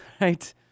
right